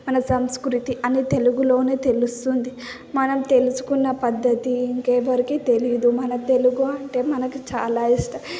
మన సంస్కృతి అని తెలుగులోనే తెలుస్తుంది మనం తెలుసుకున్న పద్ధతి ఇంకెవ్వరికి తెలియదు మన తెలుగు అంటే మనకి చాలా ఇష్టం